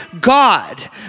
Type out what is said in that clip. God